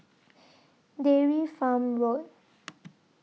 Dairy Farm Road